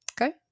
Okay